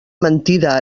mentida